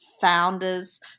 founders